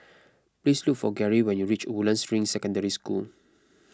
please look for Gerri when you reach Woodlands Ring Secondary School